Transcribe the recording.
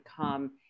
come